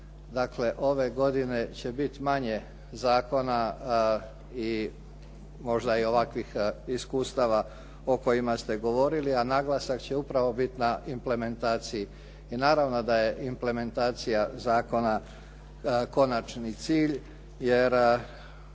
Dakle, ove godine će biti manje zakona i možda i ovakvih iskustava o kojima ste govorili, a naglasak će upravo biti na implementaciji. I naravno da je implementacija zakona konačni cilj, jer